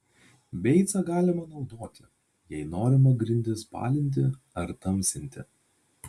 beicą galima naudoti jei norima grindis balinti ar tamsinti